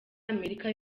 amerika